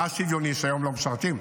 מה שוויוני שהיום לא משרתים?